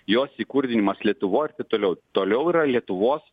jos įkurdinimas lietuvoj ir taip toliau toliau yra lietuvos